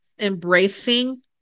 embracing